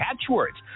catchwords